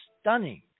stunning